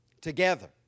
together